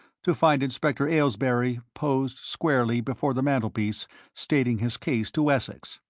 to find inspector aylesbury posed squarely before the mantelpiece stating his case to wessex.